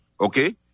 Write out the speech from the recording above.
okay